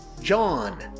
John